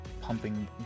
pumping